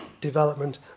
development